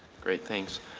great, thanks,